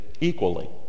equally